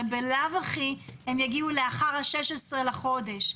הרי בלאו הכי הם יגיעו לאחר ה-16 לחודש.